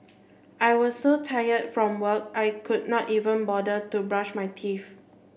I was so tired from work I could not even bother to brush my teeth